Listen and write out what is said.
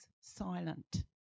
silent